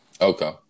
Okay